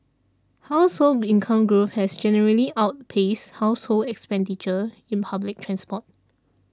household income growth has generally outpaced household expenditure in public transport